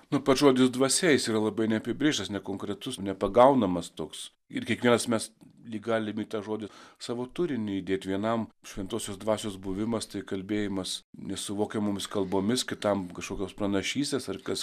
nu pats žodis dvasia jis yra labai neapibrėžtas nekonkretus nepagaunamas toks ir kiekvienas mes lyg galim į tą žodį savo turinį įdėt vienam šventosios dvasios buvimas tai kalbėjimas nesuvokiamomis kalbomis kitam kažkokios pranašystės ar kas